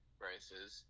prices